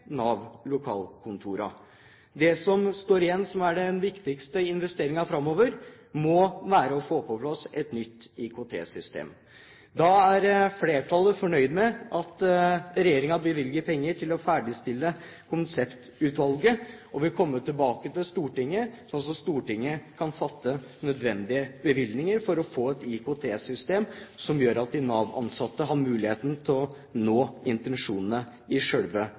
Nav-lokalkontorene. Det som står igjen som den viktigste investeringen framover, må være å få på plass et nytt IKT-system. Flertallet er fornøyd med at regjeringen bevilger penger til å ferdigstille konseptvalget og vil komme tilbake til Stortinget med det, slik at Stortinget kan fatte nødvendige bevilgninger til et IKT-system som gjør at de Nav-ansatte har muligheten til å nå intensjonene i